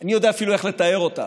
אני לא יודע אפילו איך לתאר אותם,